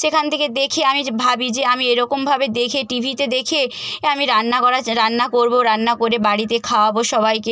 সেখান থেকে দেখি আমি যে ভাবি যে আমি এরকমভাবে দেখে টি ভিতে দেখে এ আমি রান্না করার রান্না করব রান্না করে বাড়িতে খাওয়াব সবাইকে